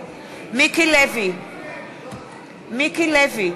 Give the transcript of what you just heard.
מיקי לוי,